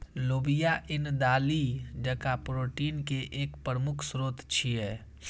लोबिया ईन दालि जकां प्रोटीन के एक प्रमुख स्रोत छियै